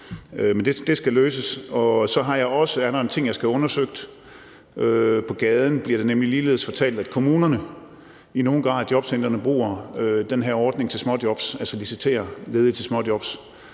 Det skal løses. Så er der også en ting, jeg skal have undersøgt. På gaden bliver det nemlig ligeledes fortalt, at kommunerne og jobcentrene i nogen grad bruger den her ordning til småjobs, altså at de visiterer ledige til småjobs,